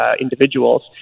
individuals